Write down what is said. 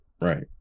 right